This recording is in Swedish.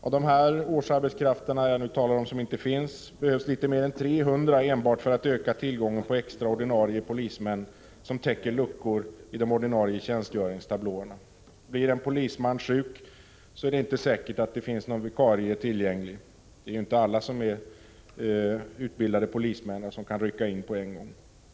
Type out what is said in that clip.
Av de årsarbetskrafter som nu saknas behövs litet mer än 300 enbart för att täcka tillgången på extra ordinarie polismän som täcker luckor i de ordinarie tjänstgöringstablåerna. Blir en polisman sjuk, är det inte säkert att det finns en vikarie tillgänglig. Att få tag i en utbildad polisman som kan rycka in omedelbart kan naturligtvis vara svårt.